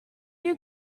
you